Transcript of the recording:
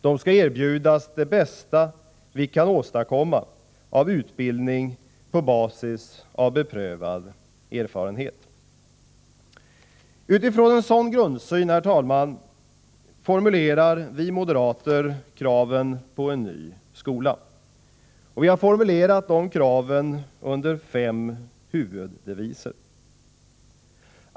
De skall erbjudas det bästa vi kan åstadkomma av utbildning på basis av beprövad erfarenhet. Utifrån en sådan grundsyn formulerar vi moderater kraven på en ny skola. Vi har formulerat de kraven under fem huvuddeviser.